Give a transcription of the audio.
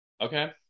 Okay